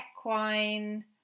equine